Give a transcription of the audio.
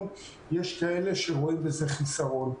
יש כאלה שרואים בזה יתרון ויש כאלה שרואים בזה חיסרון.